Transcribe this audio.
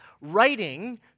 writing